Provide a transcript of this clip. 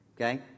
okay